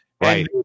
Right